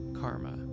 karma